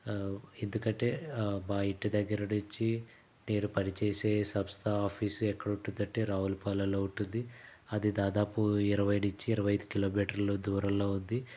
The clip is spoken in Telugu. ఎందుకంటే మా ఇంటి దగ్గర నుంచి నేను పనిచేసే సంస్థ ఆఫీసు ఎక్కడ ఉంటుందంటే రావులపాలెంలో ఉంటుంది అది దాదాపు ఇరవై నించి ఇరవై ఐదు కిలోమీటర్లు దూరంలో ఉంది